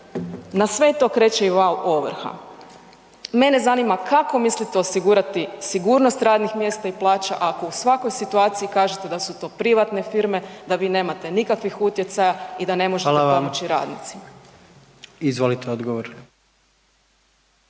Na sve to kreće i val ovrha. Mene zanima kako mislite osigurati sigurnost radnih mjesta i plaća ako u svakoj situaciji kažete da su to privatne firme, da vi nemate nikakvih utjecaja i da ne možete …/Upadica: Hvala vam/…pomoći